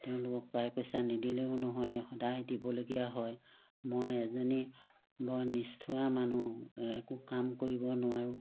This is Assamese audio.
তেওঁলোকক পায় পইচা নিদিলেও নহয় সদায় দিবলগীয়া হয় মই এজনী বৰ নিষ্ঠুৰা মানুহ একো কাম কৰিব নোৱাৰোঁ